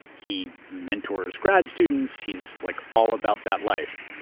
he mentors grad students. he's like all about that life.